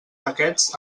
paquets